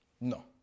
No